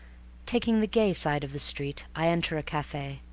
taking the gay side of the street, i enter a cafe.